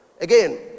Again